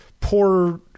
poor